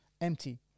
empty